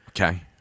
Okay